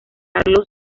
carlos